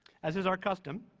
as is our custom,